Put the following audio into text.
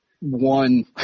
One